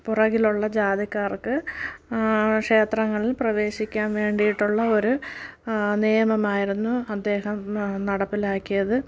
പുറകിലുള്ള ജാതിക്കാർക്ക് ക്ഷേത്രങ്ങളിൽ പ്രവേശിയ്ക്കാൻ വേണ്ടിയിട്ടുള്ള ഒരു നിയമമായിരുന്നു അദ്ദേഹം ന നടപ്പിലാക്കിയത്